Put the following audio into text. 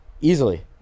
Easily